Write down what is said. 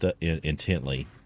intently